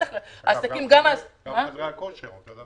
גם חדרי הכושר אותו הדבר.